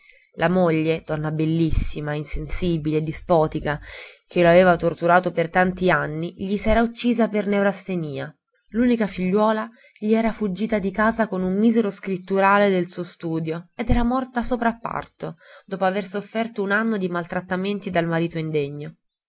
la moglie donna bellissima insensibile dispotica che lo aveva torturato per tanti anni gli s'era uccisa per neurastenia l'unica figliuola gli era fuggita di casa con un misero scritturale del suo studio ed era morta soprapparto dopo aver sofferto un anno di maltrattamenti dal marito indegno